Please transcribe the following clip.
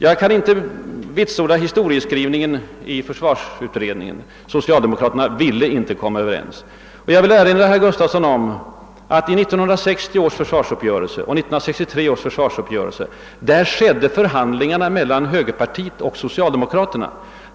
Jag kan inte vitsorda historieskrivningen om försvarsutredningen. Socialdemokraterna ville inte komma överens med oss. Jag vill erinra herr Gustafsson om att 1960 års och 1963 års försvarsuppgörelser föregicks av förhandlingar mellan högerpartiet och socialdemokraterna.